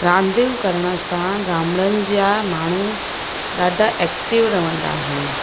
रांदियूं करण सां गामणनि जा माण्हू ॾाढा एक्टिव रहंदा आहिनि